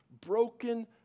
broken